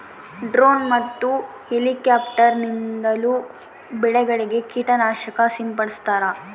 drone ಮತ್ತು helicopter ನಿಂದಲೂ ಬೆಳೆಗಳಿಗೆ ಕೀಟ ನಾಶಕ ಸಿಂಪಡಿಸ್ತಾರ